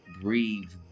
breathe